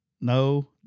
No